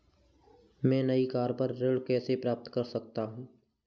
मैं नई कार पर ऋण कैसे प्राप्त कर सकता हूँ?